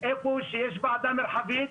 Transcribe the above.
איפה שיש ועדה מרחבית,